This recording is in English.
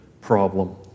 problem